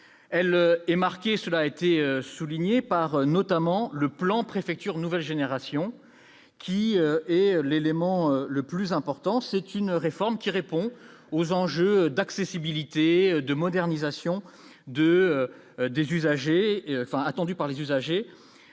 elle est marquée, cela a été souligné par notamment le plan préfecture nouvelle génération qui est l'élément le plus important, c'est une réforme qui répond aux enjeux d'accessibilité et de modernisation de des usagers enfin attendue par les usagers